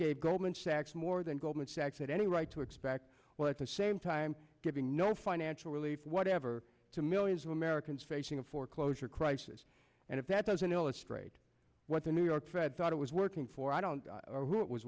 gave goldman sachs more than goldman sachs had any right to expect while at the same time giving no financial relief whatever to millions of americans facing a foreclosure crisis and if that doesn't illustrate what the new york thread thought it was working for i don't